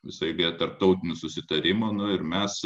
visa eilė tarptautinių susitarimų na ir mes